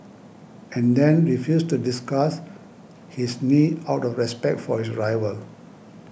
and then refused to discuss his knee out of respect for his rival